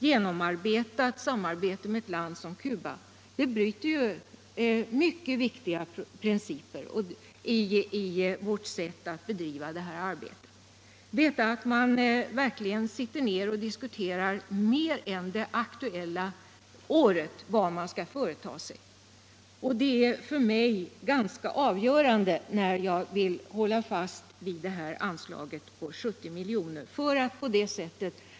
väl utbyggt samarbete med ett land som Cuba bryter mot mycket viktiga principer i vårt sätt att bedriva denna verksamhet. Möjligheten att verkligen för längre ud än det aktuella året diskutera vad man skall företa sig är för mig ganska avgörande när Jag vill hålla fast vid anslaget på 70 milj.kr. för nästa år och även övriga indikativa utfästelser.